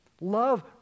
Love